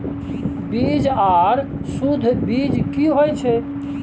बीज आर सुध बीज की होय छै?